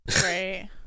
Right